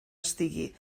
estigui